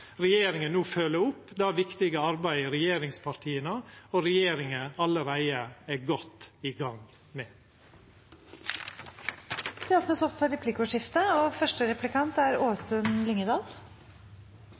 regjeringa no følgjer opp det viktige arbeidet regjeringspartia og regjeringa allereie er godt i gang med. Det blir replikkordskifte. Noe av det beste ved norsk næringsliv og – for så vidt også – offentlig sektor er